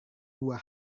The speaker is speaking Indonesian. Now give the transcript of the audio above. dua